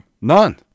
None